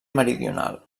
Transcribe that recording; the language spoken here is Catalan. meridional